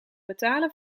betalen